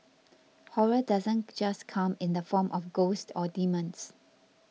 horror doesn't just come in the form of ghosts or demons